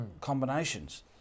combinations